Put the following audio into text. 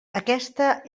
aquesta